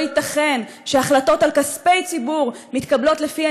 לא ייתכן שהחלטות על כספי ציבור מתקבלות לפי